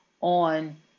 on